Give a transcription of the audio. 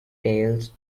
tales